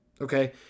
Okay